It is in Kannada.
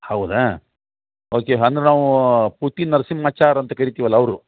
ಹೌದಾ ಓಕೆ ಅಂದ್ರೆ ನಾವು ಪು ತಿ ನರಸಿಂಹಾಚಾರ್ ಅಂತ ಕರಿತೀವಲ್ಲ ಅವರು